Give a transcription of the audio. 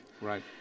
Right